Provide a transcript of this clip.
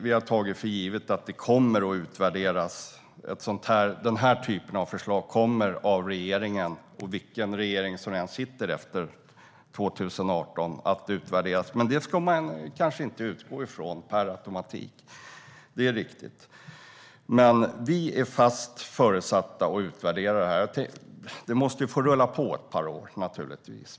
Vi har tagit för givet att det kommer att utvärderas. Den här typen av förslag kommer av regeringen, och vilken regering som än sitter efter 2018, att utvärderas. Men det ska man kanske inte utgå från per automatik. Det är riktigt. Vi har fast föresatt oss att utvärdera detta. Det måste naturligtvis få rulla på ett par åt.